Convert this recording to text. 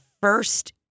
first